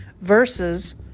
versus